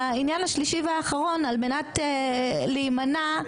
והעניין השלישי והאחרון על מנת להימנע .